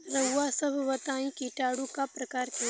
रउआ सभ बताई किटाणु क प्रकार के होखेला?